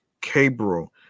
Cabral